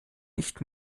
nicht